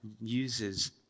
uses